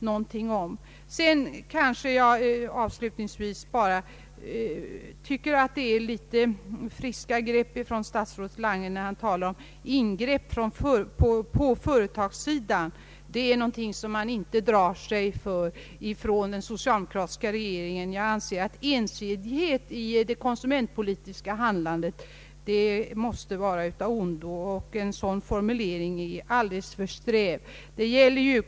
Avslutningsvis vill jag bara säga att jag tycker att det är litet väl friska grepp, när herr Lange talar om att ingrepp på företagssidan är någonting som den socialdemokratiska regeringen inte drar sig för. Jag anser att ensidighet i det konsumentpolitiska handlandet måste vara av ondo, och herr Langes formulering är alldeles för sträv.